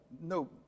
no